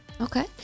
Okay